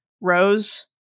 Rose